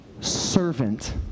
servant